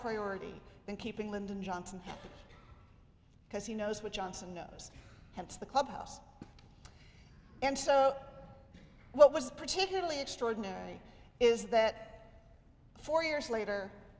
priority than keeping lyndon johnson happy because he knows what johnson knows hence the clubhouse and so what was particularly extraordinary is that four years later